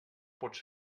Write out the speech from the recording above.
pots